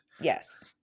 Yes